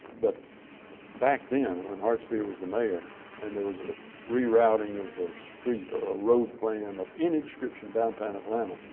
but back then when hartsfield was the mayor and there was the rerouting of a street or a road plan of any description in downtown atlanta,